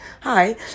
hi